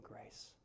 grace